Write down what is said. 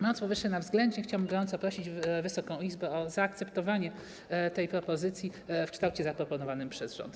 Mając powyższe na względzie, chciałbym gorąco prosić Wysoką Izbę o zaakceptowanie tej propozycji w kształcie zaproponowanym przez rząd.